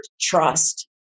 trust